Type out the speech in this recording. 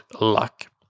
luck